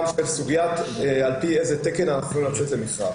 של סוגיית על פי איזה תקן אנחנו יכולים לצאת למכרז.